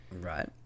Right